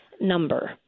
number